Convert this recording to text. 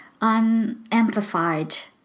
unamplified